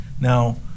now